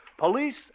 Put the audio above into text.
Police